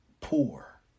poor